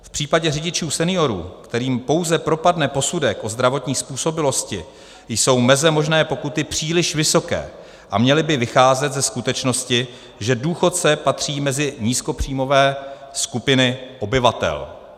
V případě řidičů seniorů, kterým pouze propadne posudek o zdravotní způsobilosti, jsou meze možné pokuty příliš vysoké a měly by vycházet ze skutečnosti, že důchodce patří mezi nízkopříjmové skupiny obyvatel.